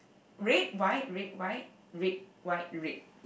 red white red white red white red